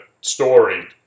story